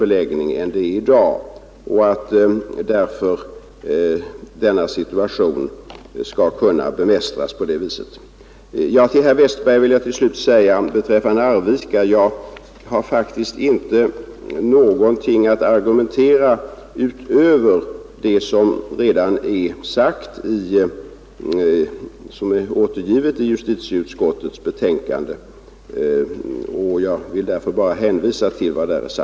Beträffande bibehållandet av Arvika skyddskonsulentdistrikt vill jag till herr Westberg i Ljusdal till slut säga, att jag faktiskt inte har någonting att argumentera utöver det som finns återgivet i justitieutskottets betänkande, varför jag endast vill hänvisa till detta.